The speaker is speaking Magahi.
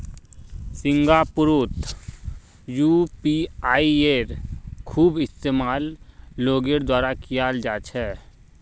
सिंगापुरतो यूपीआईयेर खूब इस्तेमाल लोगेर द्वारा कियाल जा छे